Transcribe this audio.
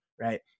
right